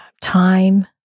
time